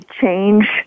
change